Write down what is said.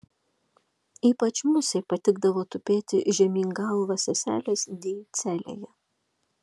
ypač musei patikdavo tupėti žemyn galva seselės di celėje